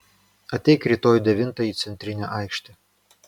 ateik rytoj devintą į centrinę aikštę